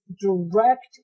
direct